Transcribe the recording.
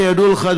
כידוע לך,